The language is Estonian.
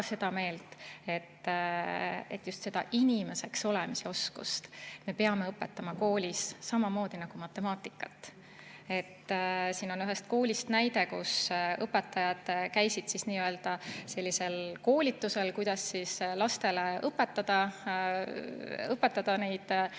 seda meelt, et just seda inimeseks olemise oskust me peame õpetama koolis samamoodi nagu matemaatikat. Siin on ühest koolist näide, kus õpetajad käisid sellisel koolitusel, kuidas lastele õpetada neid